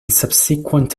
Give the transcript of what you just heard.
subsequent